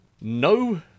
No